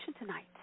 tonight